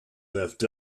left